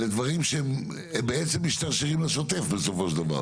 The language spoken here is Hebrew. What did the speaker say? אלו דברים שבעצם משתרשים לשוטף בסופו של דבר.